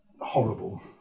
horrible